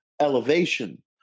elevation